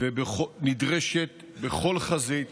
נדרשת בכל חזית